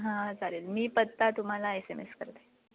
हां हां चालेल मी पत्ता तुम्हाला एस एम एस करते